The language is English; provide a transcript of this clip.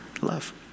love